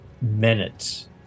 minutes